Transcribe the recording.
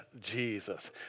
Jesus